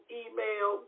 email